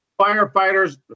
firefighters